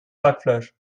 hackfleisch